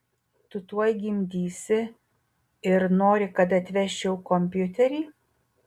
tu tuoj gimdysi ir nori kad atvežčiau kompiuterį